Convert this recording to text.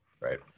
Right